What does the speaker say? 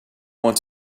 want